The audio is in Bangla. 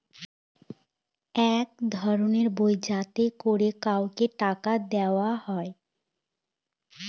এক ধরনের বই যাতে করে কাউকে টাকা দেয়া হয়